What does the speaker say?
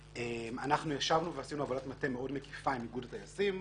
אנחנו ישבנו ועשינו עבודת מטה מאוד מקיפה עם איגוד הטייסים.